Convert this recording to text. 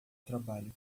trabalho